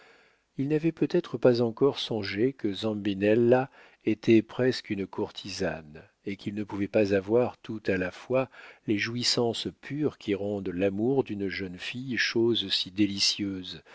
il n'avait peut-être pas encore songé que zambinella était presque une courtisane et qu'il ne pouvait pas avoir tout à la fois les jouissances pures qui rendent l'amour d'une jeune fille chose si délicieuse